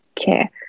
okay